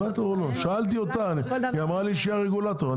שאלתי אותה, היא אמרה לי שהיא הרגולטור.